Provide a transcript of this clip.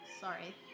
Sorry